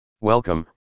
Welcome